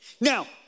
Now